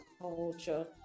culture